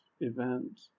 event